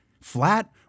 Flat